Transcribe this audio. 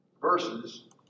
verses